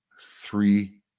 Three